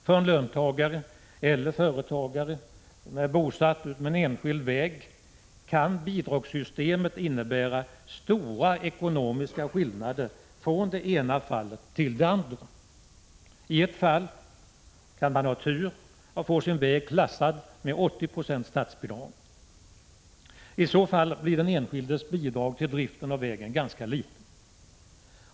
För löntagare eller företagare som är bosatta utmed en enskild väg kan bidragssystemet innebära stora ekonomiska skillnader från det ena fallet till det andra. I ett fall kan man ha tur och få sin väg klassad med 80 96 statsbidrag. I så fall blir den enskildes bidrag till driften av vägen ganska litet.